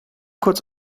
kurz